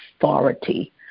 authority